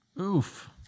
Oof